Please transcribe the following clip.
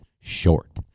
Short